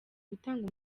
gutanga